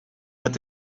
met